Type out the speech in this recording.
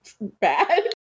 bad